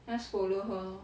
just follow her lor